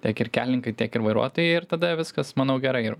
tiek ir kelininkai tiek ir vairuotojai ir tada viskas manau gerai ir